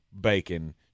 bacon